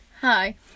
Hi